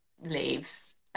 leaves